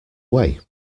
way